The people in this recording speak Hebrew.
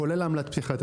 כולל עמלת פתיחת התיק.